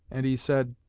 and he said